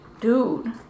dude